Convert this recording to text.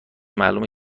معلومه